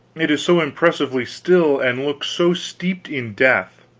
it is so impressively still, and looks so steeped in death.